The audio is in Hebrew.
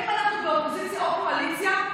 ובין שאנחנו באופוזיציה או בקואליציה,